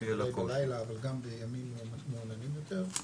אולי בלילה אבל גם בימים מעוננים יותר,